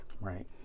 right